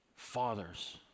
Fathers